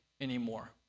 anymore